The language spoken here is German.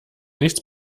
nichts